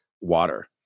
water